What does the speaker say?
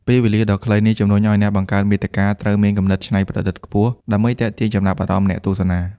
ពេលវេលាដ៏ខ្លីនេះ ជំរុញឱ្យអ្នកបង្កើតមាតិកាត្រូវមានគំនិតច្នៃប្រឌិតខ្ពស់ ដើម្បីទាក់ទាញចំណាប់អារម្មណ៍អ្នកទស្សនា។